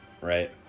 Right